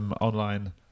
online